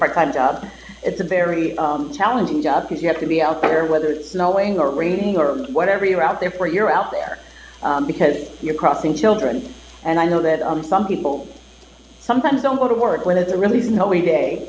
part time job it's a very challenging job because you have to be out there whether it's snowing or raining or whatever you are out there for you're out there because you're crossing children and i know that some people sometimes don't want to work when it's really is no way